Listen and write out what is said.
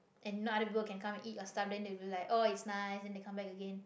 and you know other people can come and eat your stuff then they will be like oh it's nice then they come back again